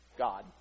god